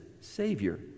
Savior